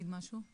משהו.